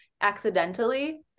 accidentally